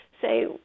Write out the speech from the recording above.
say